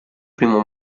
primo